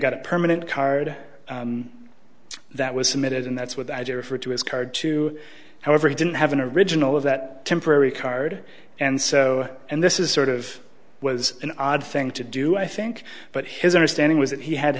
got a permanent card that was submitted and that's what i did refer to his card too however he didn't have an original of that temporary card and so and this is sort of was an odd thing to do i think but his understanding was that he had to